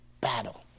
battle